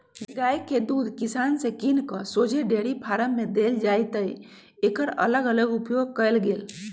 गाइ के दूध किसान से किन कऽ शोझे डेयरी फारम में देल जाइ जतए एकर अलग अलग उपयोग कएल गेल